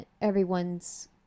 everyone's